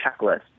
checklist